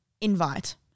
invite